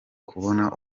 kubona